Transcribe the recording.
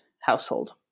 household